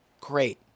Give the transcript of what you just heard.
Great